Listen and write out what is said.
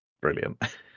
Brilliant